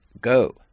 go